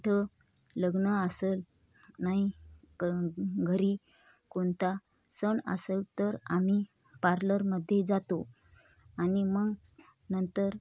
कुठं लग्न असल नाही क घरी कोणता सण असेल तर आम्ही पार्लरमध्ये जातो आणि मग नंतर